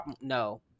no